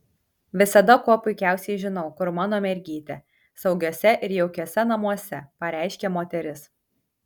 visada kuo puikiausiai žinau kur mano mergytė saugiuose ir jaukiuose namuose pareiškė moteris